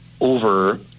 over